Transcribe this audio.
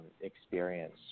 experience